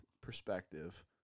perspective